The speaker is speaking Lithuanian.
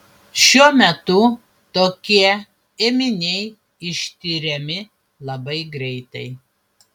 šiuo metu tokie ėminiai ištiriami labai greitai